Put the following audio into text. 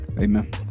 amen